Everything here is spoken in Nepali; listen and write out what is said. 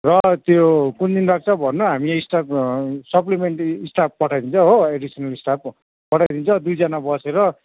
र त्यो कुन दिन राख्छ भन्नु हामी स्टाफ सप्लिमेन्ट्री स्टाफ पठाइदिन्छ हो एडिसनल पठाइदिन्छ दुईजना बसेर